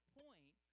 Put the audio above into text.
point